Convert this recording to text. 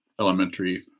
elementary